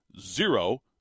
zero